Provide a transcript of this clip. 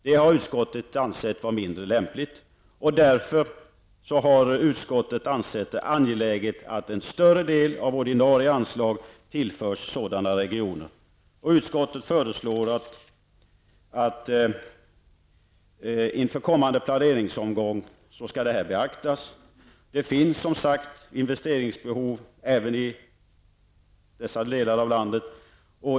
Det har utskottet ansett mindre lämpligt, och det är därför enligt utskottet angeläget att större del av ordinarie anslag tillförs dessa regioner. Utskottet föreslår att detta förhållande skall beaktas inför kommande planeringsomgång. Det finns som bekant investeringsbehov även i dessa delar av landet.